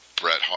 Brett